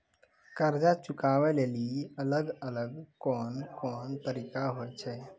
कर्जा चुकाबै लेली अलग अलग कोन कोन तरिका होय छै?